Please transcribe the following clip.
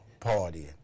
partying